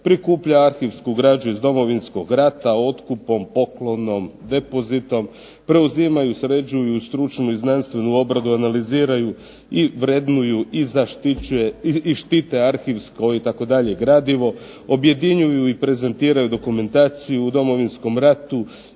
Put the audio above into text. "prikuplja arhivsku građu iz Domovinskog rata otkupom, poklonom, depozitom; preuzimaju i sređuju stručnu i znanstvenu obradu; analiziraju i vrednuju i štite arhivsko itd. gradivo; objedinjuju i prezentiraju dokumentaciju o Domovinskom ratu;